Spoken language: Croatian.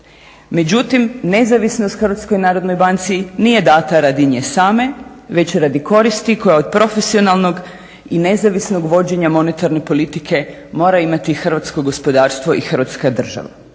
Međutim, nezavisnost HNB-u nije dana radi nje same već radi koristi koja od profesionalnog i nezavisnog vođenja monetarne politike mora imati hrvatsko gospodarstvo i Hrvatska država.